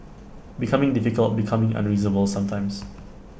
becoming difficult becoming unreasonable sometimes